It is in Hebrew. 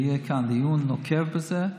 יהיה כאן דיון נוקב על זה.